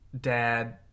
dad